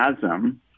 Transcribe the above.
chasm